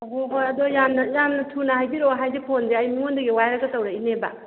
ꯍꯣꯍꯣꯏ ꯑꯗꯣ ꯌꯥꯝꯅ ꯌꯥꯝꯅ ꯊꯨꯅ ꯍꯥꯏꯕꯤꯔꯛꯑꯣ ꯍꯥꯏꯕꯗꯤ ꯐꯣꯟꯁꯦ ꯑꯩ ꯃꯤꯉꯣꯟꯗꯒꯤ ꯋꯥꯏꯔꯒ ꯇꯧꯔꯛꯏꯅꯦꯕ